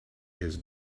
his